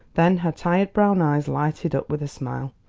then her tired brown eyes lighted up with a smile.